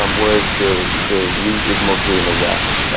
um whereas the the wheat is mostly in the west.